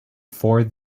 for